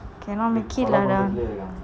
cannot make it lah